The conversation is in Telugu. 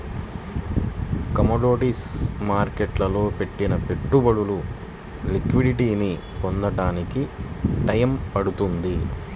కమోడిటీస్ మార్కెట్టులో పెట్టిన పెట్టుబడులు లిక్విడిటీని పొందడానికి టైయ్యం పడుతుంది